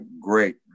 great